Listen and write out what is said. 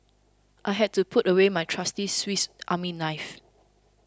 I had to put away my trusty Swiss Army knife